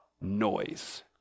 noise